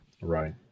right